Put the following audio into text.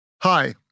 Hi